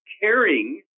caring